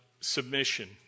submission